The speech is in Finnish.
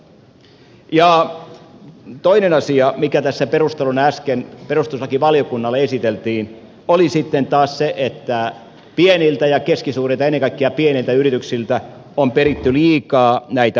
ja toinen asia mikä tässä perusteluna äsken perustuslakivaliokunnalle esiteltiin oli sitten taas se että pieniltä ja keskisuurilta ennen kaikkea pieniltä yrityksiltä on peritty liikaa näitä maksuja